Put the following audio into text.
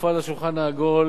מופעל השולחן העגול